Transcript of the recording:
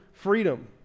freedom